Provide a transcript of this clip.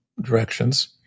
directions